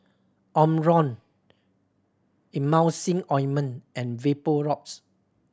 Omron Emulsying Ointment and Vapodrops